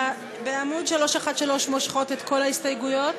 בעמוד 313 מושכות את כל ההסתייגויות.